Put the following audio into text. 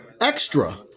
extra